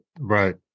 Right